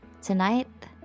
tonight